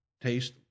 Taste